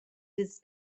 dils